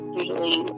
usually